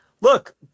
look